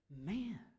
man